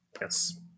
yes